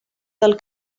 del